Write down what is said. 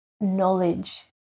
knowledge